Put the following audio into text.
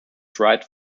dried